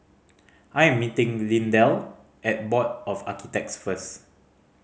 I am meeting Lindell at Board of Architects first